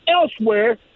elsewhere